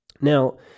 Now